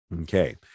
Okay